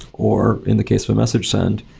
or in the case of of message send,